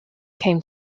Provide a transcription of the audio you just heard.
came